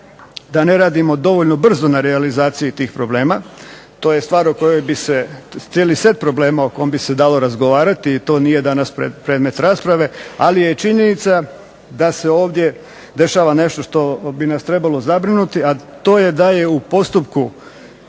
da ne radimo dovoljno brzo na realizaciji tih problema. To je stvar o kojoj bi se cijeli set problema o kom bi se dalo razgovarati i to nije danas predmet rasprave. Ali je činjenica da se ovdje dešava nešto što bi nas trebalo zabrinuti, a to je da je u postupku,